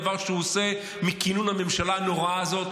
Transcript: דבר שהוא עושה מכינון הממשלה הנוראה הזאת